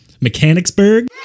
Mechanicsburg